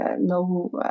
no